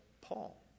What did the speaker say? Paul